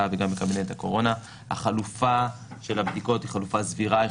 וגם בקבינט הקורונה - שהחלופה של הבדיקות היא חלופה סבירה,